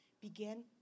begin